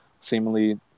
Seemingly